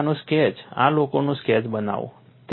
તમે આનો સ્કેચ આ લોકનો સ્કેચ બનાવો